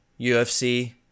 UFC